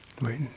Wait